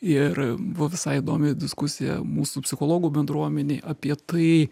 ir buvo visai įdomi diskusija mūsų psichologų bendruomenėj apie tai